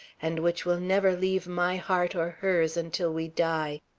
and which will never leave my heart or hers until we die.